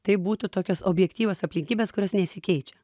tai būtų tokios objektyvios aplinkybės kurios nesikeičia